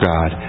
God